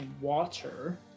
water